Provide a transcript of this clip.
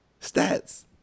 Stats